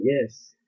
Yes